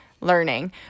learning